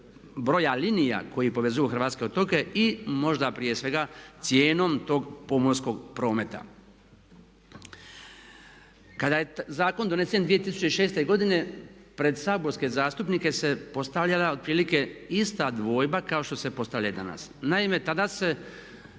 broja linija koji povezuju hrvatske otoke i možda prije svega cijenom tog pomorskog prometa. Kada je zakon donesen 2006. godine pred saborske zastupnike se postavljala otprilike ista dvojba kao što se postavlja i danas. Naime, tada se